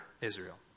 Israel